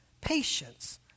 patience